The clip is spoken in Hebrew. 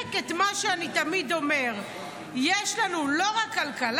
מחזק את מה שאני תמיד אומר --- יש לנו לא רק כלכלה